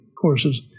courses